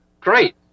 Great